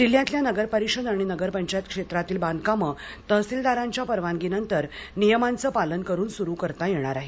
जिल्ह्यातल्या नगरपरिषद आणि नगरपंचायत क्षेत्रातील बांधकामे तहसीलदारांच्या परवानगीनंतर नियमांचे पालन करून सुरू करता येणार आहेत